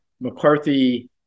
McCarthy